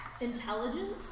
Intelligence